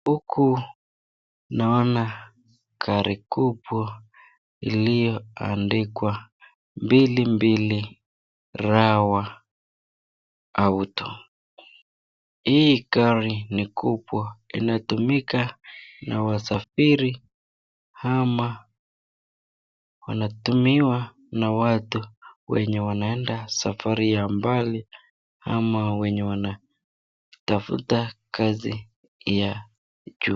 Huku naona gari kubwa iliyo andikwa mbilimbili Rawa Auto. Hii gari ni kubwa inatumika na wasafiri ama wanatumiwa na watu wenye wanaenda safari ya mbali ama wenye wanatafuta kazi ya juu.